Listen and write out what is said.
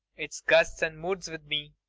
it's gusts and moods with me.